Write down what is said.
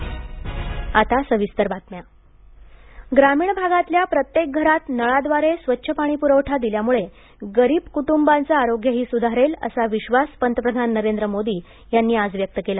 पंतप्रधान ग्रामीण भागातल्या प्रत्येक घरात नळाद्वारे स्वच्छ पाणी दिल्यामुळे गरीब कुटुंबांच आरोग्यही सुधारेल असा विश्वास पंतप्रधान नरेंद्र मोदी यांनी आज व्यक्त केला